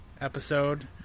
episode